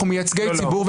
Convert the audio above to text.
אנחנו מייצגי ציבור,